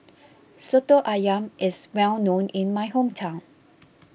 Soto Ayam is well known in my hometown